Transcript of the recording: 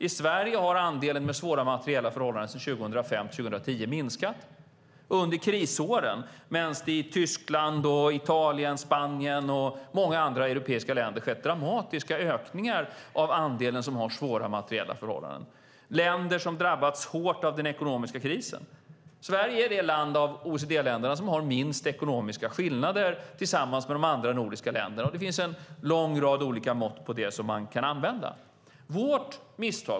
I Sverige har andelen människor med svåra materiella förhållanden minskat sedan åren 2005-2010, under krisåren, medan det i Tyskland, Italien, Spanien och många andra europeiska länder har skett dramatiska ökningar av andelen människor med svåra materiella förhållanden - länder som hårt drabbats av den ekonomiska krisen. Sverige är det OECD-land som tillsammans med de andra nordiska länderna har de minsta ekonomiska skillnaderna. En lång rad olika mått på det kan användas.